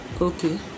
Okay